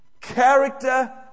Character